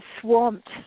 swamped